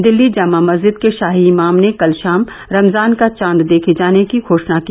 दिल्ली जामा मस्जिद के शाही इमाम ने कल शाम रमजान का चाद देखे जाने की घोषणा की